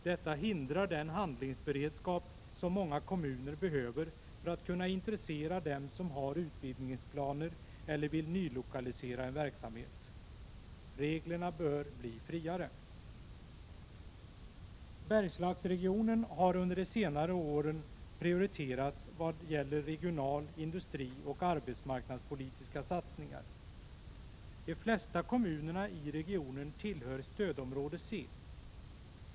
Detta hindrar den handlingsberedskap som många kommuner behöver för att kunna intressera dem som har utvidgningsplaner eller som vill nylokalisera en verksamhet. Reglerna bör bli friare. Bergslagsregionen har under senare år prioriterats i vad gäller regional-, industrioch arbetsmarknadspolitiska satsningar. De flesta kommunerna i regionen tillhör stödområde C.